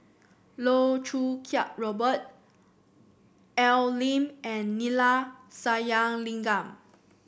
Loh Choo Kiat Robert Al Lim and Neila Sathyalingam